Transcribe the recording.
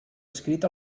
escrit